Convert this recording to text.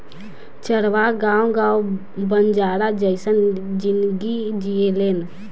चरवाह गावं गावं बंजारा जइसन जिनगी जिऐलेन